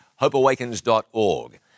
hopeawakens.org